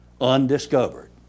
undiscovered